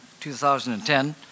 2010